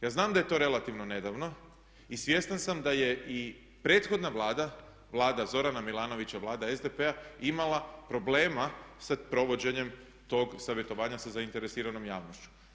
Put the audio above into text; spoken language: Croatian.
Ja znam da je to relativno nedavno i svjestan sam da je i prethodna Vlada, Vlada Zorana Milanovića i Vlada SDP-a imala problema sa provođenjem tog savjetovanja sa zainteresiranom javnošću.